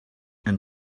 and